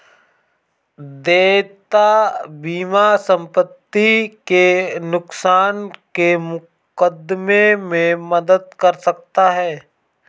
देयता बीमा संपत्ति के नुकसान के मुकदमे में मदद कर सकता है